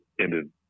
ended